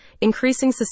increasing